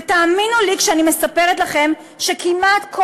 ותאמינו לי כשאני מספרת לכם שכמעט כל